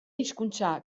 hizkuntza